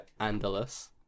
Andalus